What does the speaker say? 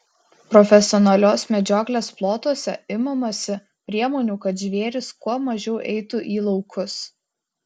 profesionalios medžioklės plotuose imamasi priemonių kad žvėrys kuo mažiau eitų į laukus